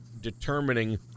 determining